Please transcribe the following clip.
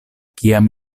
kiam